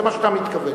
זה מה שאתה מתכוון,